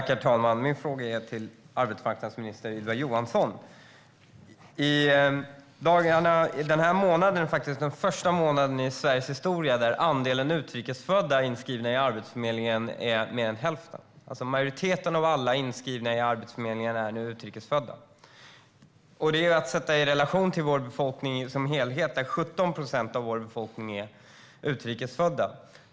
Herr talman! Min fråga går till arbetsmarknadsminister Ylva Johansson. Det här är den första månaden i Sveriges historia då andelen utrikes födda bland inskrivna i Arbetsförmedlingen uppgår till mer än hälften, alltså majoriteten av alla inskrivna är nu utrikes födda. I relation till befolkningen som helhet är 17 procent av den utrikes födda.